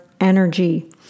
energy